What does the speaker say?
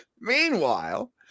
meanwhile